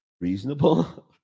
reasonable